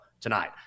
tonight